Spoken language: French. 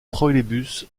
trolleybus